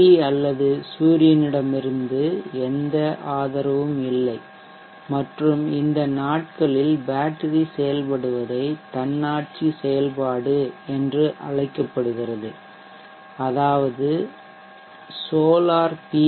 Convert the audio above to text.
we அல்லது சூரியனிடமிருந்து எந்த ஆதரவும் இல்லை மற்றும் இந்த நாட்களில் பேட்டரி செயல்படுவதை தன்னாட்சி செயல்பாடு என்று அழைக்கப்படுகிறது அதாவது சோலார் பி